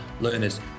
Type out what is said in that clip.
learners